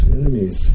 enemies